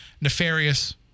nefarious